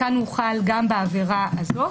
כאן הוא הוחל גם בעבירה הזאת.